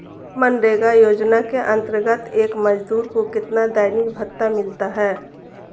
मनरेगा योजना के अंतर्गत एक मजदूर को कितना दैनिक भत्ता मिलता है?